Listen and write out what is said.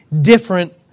different